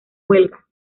huelga